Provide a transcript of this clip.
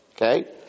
Okay